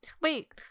wait